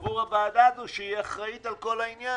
עבור הוועדה הזו שאחראית על כל העניין.